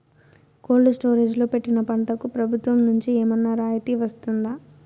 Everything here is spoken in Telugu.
కోల్డ్ స్టోరేజ్ లో పెట్టిన పంటకు ప్రభుత్వం నుంచి ఏమన్నా రాయితీ వస్తుందా?